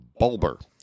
Bulber